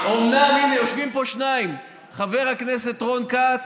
אומנם הינה, יושבים פה שניים, חבר הכנסת רון כץ,